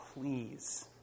please